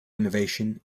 innovation